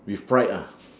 with pride ah